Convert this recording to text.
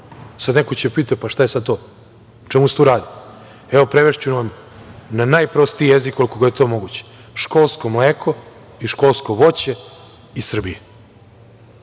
Neko će pitati šta je sad to, o čemu se tu radi. Evo, prevešću na najprostiji jezik, koliko je to moguće – školsko mleko i školsko voće iz Srbije,